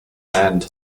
demand